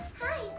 Hi